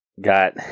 got